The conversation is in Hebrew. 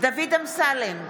דוד אמסלם,